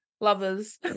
lovers